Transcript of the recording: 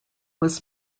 was